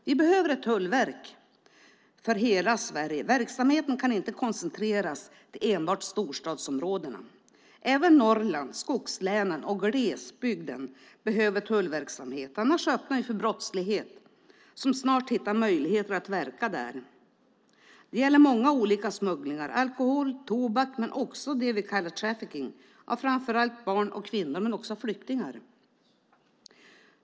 Vi behöver ett tullverk för hela Sverige. Verksamheten kan inte koncentreras till enbart storstadsområdena. Även Norrland, skogslänen och glesbygden behöver tullverksamhet. Annars öppnar vi för brottslighet som snart hittar möjligheter att verka där. Det gäller många olika smugglingar: alkohol, tobak men också det som vi kallar trafficking av framför allt barn och kvinnor men också av flyktingar.